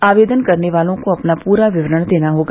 आवेदन करने वालों को अपना पूरा विवरण देना होगा